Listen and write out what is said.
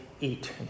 eat